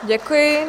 Děkuji.